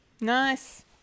Nice